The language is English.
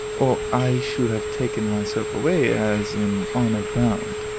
or i should have taken myself away, as in honor bound.